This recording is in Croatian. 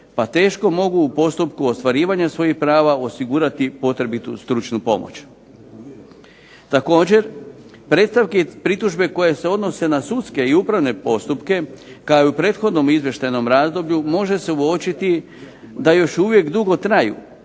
pa teško mogu u postupku ostvarivanja svojih prava osigurati potrebitu stručnu pomoć. Također, predstavke i pritužbe koje se odnose na sudske i upravne postupke kao i u prethodnom izvještajnom razdoblju može se uočiti da još uvijek dugo traju,